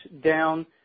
down